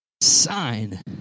sign